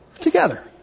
together